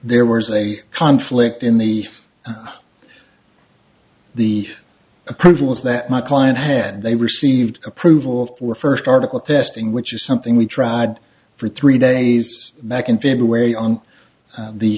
there was a conflict in the the approvals that my client hand they received approval for first article testing which is something we tried for three days back in february on